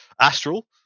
Astral